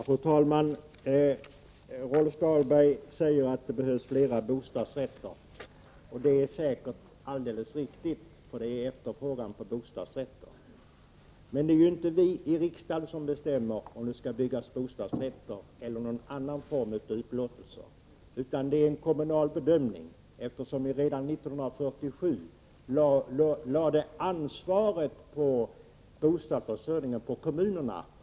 Fru talman! Rolf Dahlberg säger att det behövs fler bostadsrättslägenheter. Det är säkert alldeles riktigt, för det är efterfrågan på dem. Men det är inte vii riksdagen som bestämmer om det skall byggas bostadsrättslägenheter eller om man skall ha någon annan upplåtelseform. Det är en kommunal bedömning, eftersom vi redan 1947 lade ansvaret för bostadsförsörjningen på kommunerna.